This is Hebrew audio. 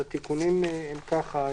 אז התיקונים הם ככה: